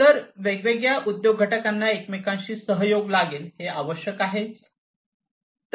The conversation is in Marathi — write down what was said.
तर वेगवेगळ्या उद्योग घटकांना एकमेकांशी सहयोग लागेल हे आवश्यक आहे